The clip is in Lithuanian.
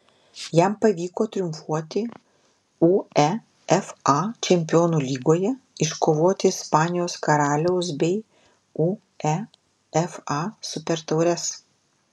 jam pavyko triumfuoti uefa čempionų lygoje iškovoti ispanijos karaliaus bei uefa supertaures